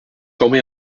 formé